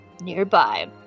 nearby